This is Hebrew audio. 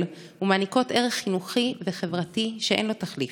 ומעניקות ערך חינוכי וחברתי שאין לו תחליף.